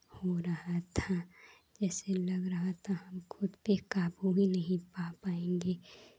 हो रहा था जैसे लग रहा था हमको खुद पे काबू भी नहीं पा पाएंगे